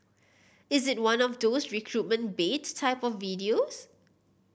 is it one of those recruitment bait type of videos